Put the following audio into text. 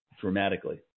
dramatically